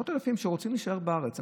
מאות אלפים שרוצים להישאר בארץ.